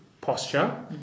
posture